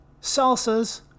Salsas